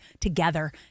together